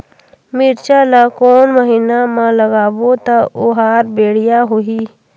मिरचा ला कोन महीना मा लगाबो ता ओहार बेडिया होही?